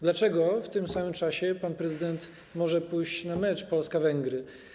Dlaczego w tym samym czasie pan prezydent może pójść na mecz Polska - Węgry?